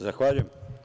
Zahvaljujem.